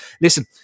listen